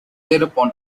thereupon